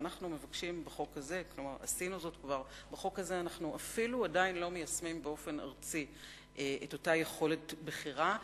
בחוק הזה אנחנו עדיין לא מיישמים באופן ארצי את אותה יכולת בחירה,